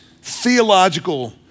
theological